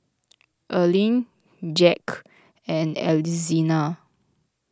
Erline Jack and Alzina